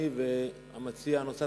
אני והמציע הנוסף,